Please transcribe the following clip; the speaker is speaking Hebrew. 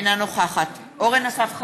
אינה נוכחת אורן אסף חזן,